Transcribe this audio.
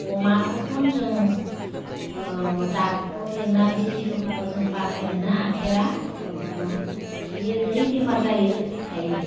अमाखौथन जों ओह डाक्टर लिंना बिजि होब्लाबो जों बासायनोनो हाफेरा ओह बियो जै बेमार जायो थैखायो